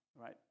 right